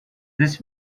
this